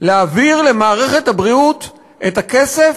להעביר למערכת הבריאות את הכסף,